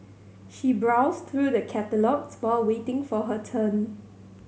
she browsed through the catalogues while waiting for her turn